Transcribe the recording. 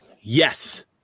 Yes